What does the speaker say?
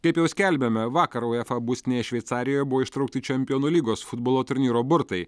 kaip jau skelbėme vakar uefa būstinėje šveicarijoje buvo ištraukti čempionų lygos futbolo turnyro burtai